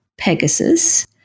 Pegasus